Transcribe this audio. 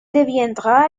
deviendra